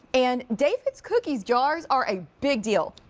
and david's cookies jars are a big deal.